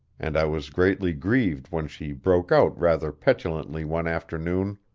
and i was greatly grieved when she broke out rather petulantly one afternoon